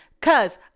cause